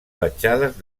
petjades